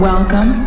Welcome